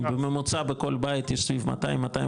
אם בממוצע בכל בית יש סביב 200-250,